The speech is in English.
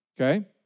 Okay